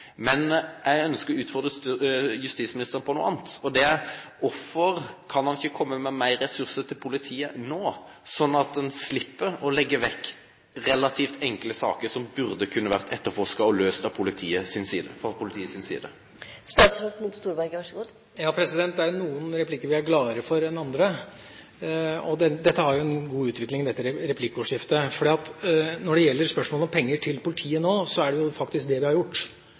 Men jeg ønsker å utfordre justisministeren på noe annet. Det er: Hvorfor kan han ikke komme med mer ressurser til politiet nå, sånn at en slipper å legge vekk relativt enkle saker som burde vært etterforsket og løst fra politiets side? Det er noen replikker vi er gladere for enn andre. Dette replikkordskiftet har en god utvikling, for når det gjelder spørsmålet om penger til politiet, er det faktisk det vi har gjort: